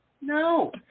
No